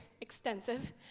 extensive